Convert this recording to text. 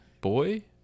boy